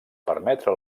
permetre